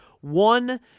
One